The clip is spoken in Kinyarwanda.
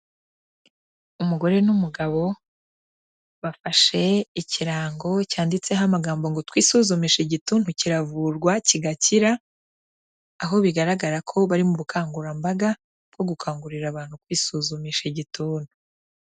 Umugore n'umugabo bafashe ikirango cyanditseho amagambo ngo" twisuzumishe igituntu kiravurwa kigakira", aho bigaragara ko bari mu bukangurambaga, bwo gukangurira abantu kwisuzumisha igituntu.